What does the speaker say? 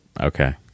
Okay